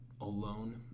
alone